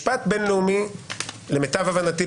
משפט בין-לאומי למיטב הבנתי,